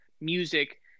music